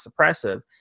suppressive